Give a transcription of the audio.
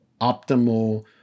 optimal